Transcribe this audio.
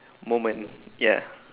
moment ya